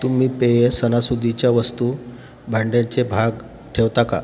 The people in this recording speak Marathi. तुम्ही पेय सणासुदीच्या वस्तू भांड्यांचे भाग ठेवता का